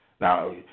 Now